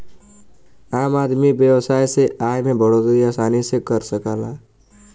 आम आदमी व्यवसाय से आय में बढ़ोतरी आसानी से कर सकला